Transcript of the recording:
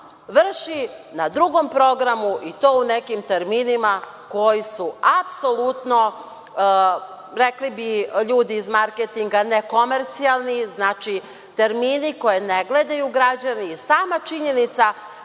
vrši na Drugom programu i to u nekim terminima koji su apsolutno, rekli bi ljudi iz marketinga nekomercijalni, znači termini koji ne gledaju građani. Sama činjenica